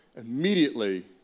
immediately